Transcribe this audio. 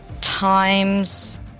times